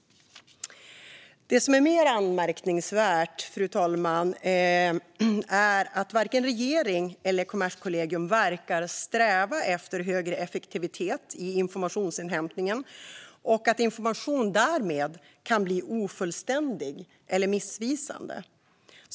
Det som är mer anmärkningsvärt, fru talman, är att varken regeringen eller Kommerskollegium verkar sträva efter högre effektivitet i informationsinhämtningen och att information därmed kan bli ofullständig eller missvisande.